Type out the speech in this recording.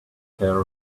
care